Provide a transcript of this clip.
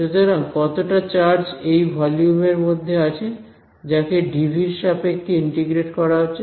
সুতরাং কতটা চার্জ এই ভলিউম এর মধ্যে আছে যাকে ডিভি এর সাপেক্ষে ইন্টিগ্রেট করা হচ্ছে